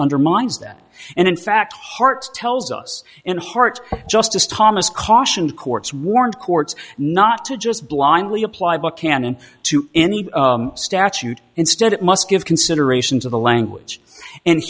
undermines that and in fact heart tells us in heart justice thomas cautioned courts warned courts not to just blindly apply but canon to any statute instead it must give consideration to the language and